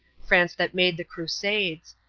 france that made the crusades.